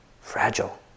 fragile